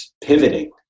pivoting